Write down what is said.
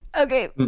Okay